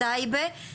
טייבה,